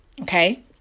okay